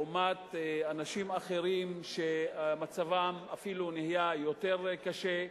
לעומת אנשים אחרים שמצבם אפילו נהיה יותר קשה,